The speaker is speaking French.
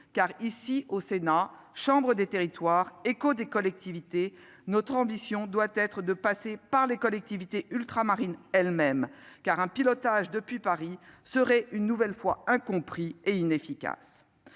Au Sénat, chambre des territoires, écho des collectivités territoriales, notre ambition doit être de passer par les collectivités ultramarines elles-mêmes, car un pilotage depuis Paris serait une nouvelle fois incompris et inefficace.